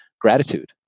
gratitude